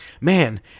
man